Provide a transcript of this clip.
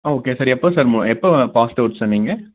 ஆ okay sir எப்போது sir ம எப்போ பாஸ்ட்டு அவுட் சார் நீங்கள்